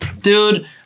Dude